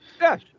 Yes